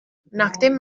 nachdem